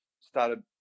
started